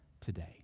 today